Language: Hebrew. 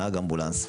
נהג אמבולנס,